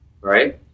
right